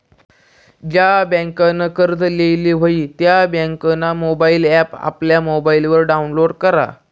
ज्या बँकनं कर्ज लेयेल व्हयी त्या बँकनं मोबाईल ॲप आपला मोबाईलवर डाऊनलोड करा